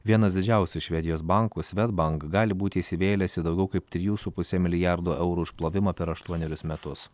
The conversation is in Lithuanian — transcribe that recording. vienas didžiausių švedijos bankų swedbank gali būti įsivėlęs į daugiau kaip trijų su puse milijardo eurų išplovimą per aštuonerius metus